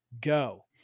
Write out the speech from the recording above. go